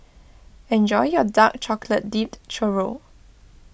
enjoy your Dark Chocolate Dipped Churro